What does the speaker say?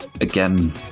Again